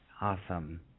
Awesome